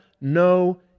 no